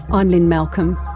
i'm lynne malcolm.